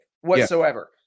whatsoever